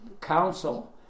council